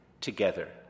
together